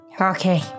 Okay